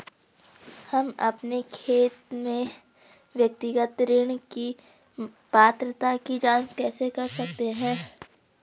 हम अपने खाते में व्यक्तिगत ऋण की पात्रता की जांच कैसे कर सकते हैं?